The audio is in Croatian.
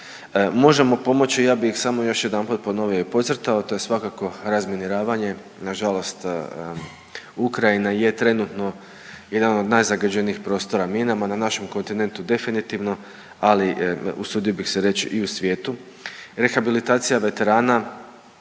možemo pomoći. Ja bih samo još jedanput ponovio i podcrtao, to je svakako razminiravanje, nažalost Ukrajina je trenutno jedan od najzagađenijih prostora minama, na našem kontinentu definitivno, ali usudio bih se reći i u svijetu.